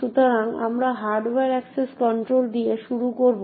সুতরাং আমরা hardware access control দিয়ে শুরু করব